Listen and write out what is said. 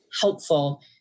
helpful